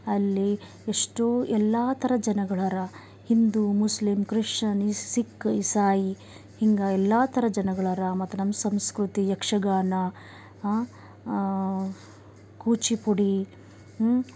ಅಲ್ಲಿ ಎಷ್ಟು ಎಲ್ಲ ಥರ ಜನಗಳು ಹರ ಹಿಂದೂ ಮುಸ್ಲಿಂ ಕ್ರಿಶ್ಯನ್ ಸಿಖ್ ಇಸಾಯಿ ಹಿಂಗೆ ಎಲ್ಲ ಥರ ಜನಗಳು ಹರ ಮತ್ತು ನಮ್ಮ ಸಂಸ್ಕೃತಿ ಯಕ್ಷಗಾನ ಹಾಂ ಕೂಚಿಪುಡಿ